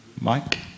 Mike